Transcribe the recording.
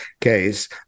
case